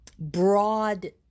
broad